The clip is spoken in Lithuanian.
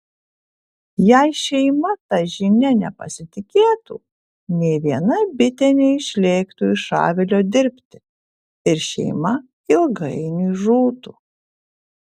jei šeima ta žinia nepasitikėtų nė viena bitė neišlėktų iš avilio dirbti ir šeima ilgainiui žūtų